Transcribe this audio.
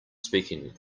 speaking